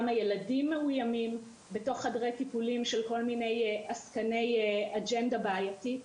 גם הילדים מאוימים בתוך חדרי טיפולים של כל מיני עסקני אג'נדה בעייתיים.